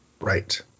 Right